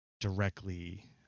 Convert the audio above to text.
directly